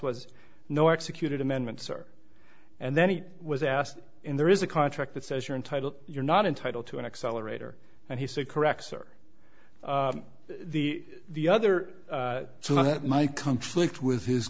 was no executed amendment sir and then he was asked in there is a contract that says you're entitled you're not entitled to an accelerator and he said correct sir the the other so that my contract with his